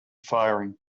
firing